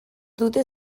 dute